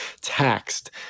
Taxed